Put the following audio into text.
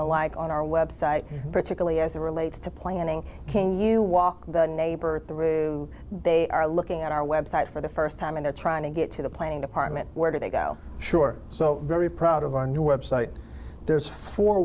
the like on our website particularly as it relates to planning can you walk the neighbor at the rear they are looking at our website for the first time and are trying to get to the planning department where they go sure so very proud of our new website there's four